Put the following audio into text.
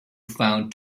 found